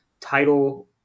title